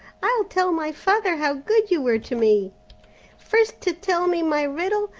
i'll tell my father how good you were to me first to tell me my riddle,